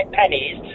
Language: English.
pennies